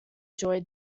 joy